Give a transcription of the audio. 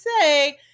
say